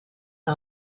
una